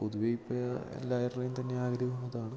പൊതുവെ ഇപ്പോൾ എല്ലാവരുടെയും തന്നെ ആഗ്രഹം അതാണ്